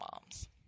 moms